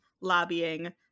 lobbying